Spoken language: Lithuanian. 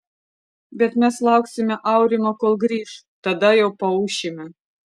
bet mes lauksime aurimo kol grįš tada jau paūšime